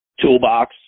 toolbox